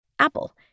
Apple